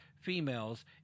females